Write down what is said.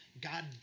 God